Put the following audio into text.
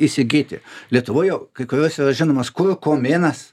įsigyti lietuvoj jau kai kurios yra žinomos kurkuminas